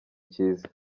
cyiza